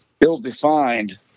Ill-defined